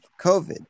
covid